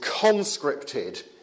conscripted